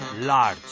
Large